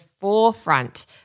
forefront